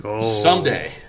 Someday